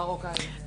מרוקאית.